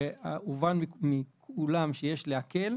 והובן מכולם שיש להקל.